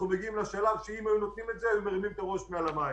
מגיעים לשלב שאם היו נותנים את זה היו מרימים את הראש מעל המים.